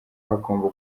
hagomba